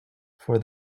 for